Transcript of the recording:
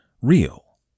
real